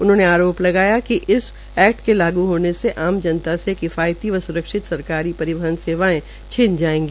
उन्होंने आरोप लगाया कि इस एकट के लागू होने होने से जनता से किफायती व सुरक्षित सरकारी परिवहन सेवायें छिन जायेंगी